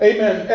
Amen